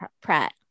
pratt